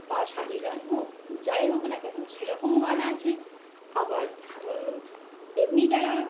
বা সারে গান হোক যাই হোক না কেন সেরকম গান আছে আবার ধরুন এমনি যারা